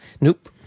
Nope